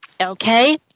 okay